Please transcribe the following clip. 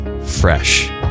fresh